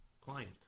client